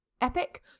epic